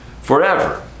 forever